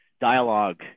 dialogue